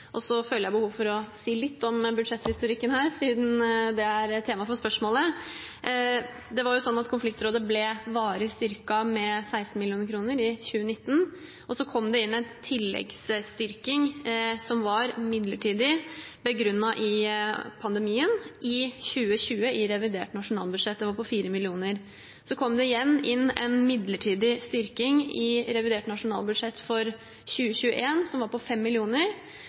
Så føler jeg behov for å si litt om budsjetthistorikken her, siden det er tema for spørsmålet. Konfliktrådet ble varig styrket med 16 mill. kr i 2019, og så kom det i 2020 i revidert nasjonalbudsjett inn en tilleggsstyrking, som var midlertidig, begrunnet i pandemien. Den var på 4 mill. kr. Så kom det igjen inn en midlertidig styrking, på 5 mill. kr, i revidert nasjonalbudsjett for 2021. Regjeringen som satt før denne regjeringen, som Venstre var